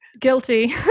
Guilty